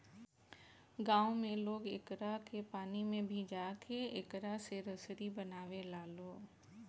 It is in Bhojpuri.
गांव में लोग एकरा के पानी में भिजा के एकरा से रसरी बनावे लालो